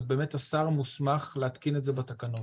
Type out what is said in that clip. אז באמת השר מוסמך להתקין את זה בתקנות.